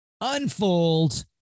unfold